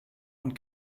und